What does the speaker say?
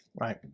right